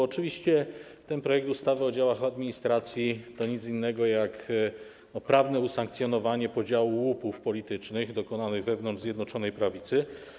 Oczywiście projekt ustawy o działach administracji to nic innego, jak prawne usankcjonowanie podziału łupów politycznych dokonanych wewnątrz Zjednoczonej Prawicy.